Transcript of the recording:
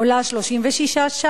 עולה 36 שקלים,